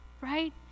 right